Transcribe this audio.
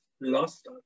lost